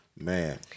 Man